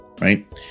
right